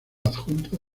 adjunto